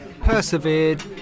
persevered